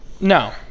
No